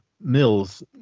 Mills